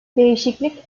değişiklik